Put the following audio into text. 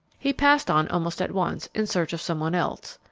he passed on almost at once, in search of some one else.